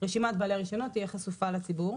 שרשימת בעלי הרישיונות תהיה חשופה לציבור.